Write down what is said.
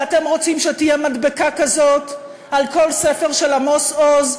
ואתם רוצים שתהיה מדבקה כזאת על כל ספר של עמוס עוז,